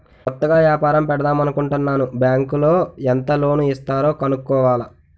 కొత్తగా ఏపారం పెడదామనుకుంటన్నాను బ్యాంకులో ఎంత లోను ఇస్తారో కనుక్కోవాల